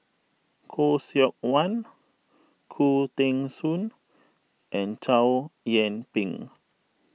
Khoo Seok Wan Khoo Teng Soon and Chow Yian Ping